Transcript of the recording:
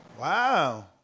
Wow